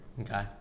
Okay